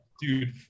Dude